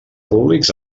públics